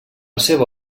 seva